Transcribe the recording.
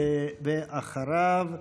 ואחריו,